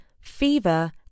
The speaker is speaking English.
fever